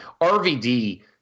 RVD